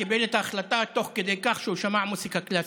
קיבל את ההחלטה תוך כדי כך שהוא שמע מוזיקה קלאסית.